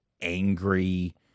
angry